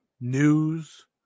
news